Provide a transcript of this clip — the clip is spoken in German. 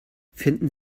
finden